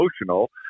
emotional